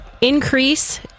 increase